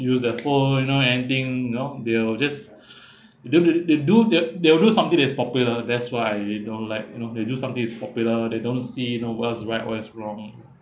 use their phone no ending you know they'll just they will they do they they will do something that's popular that's why I don't like you know they do something it's popular they don't see you know what is right what is wrong